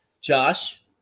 Josh